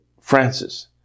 Francis